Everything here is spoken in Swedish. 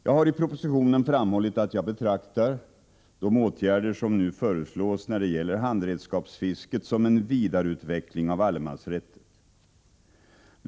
Jag har i propositionen framhållit att jag betraktar de åtgärder som nu föreslås när det gäller handredskapsfisket som en vidareutveckling av allemansrätten.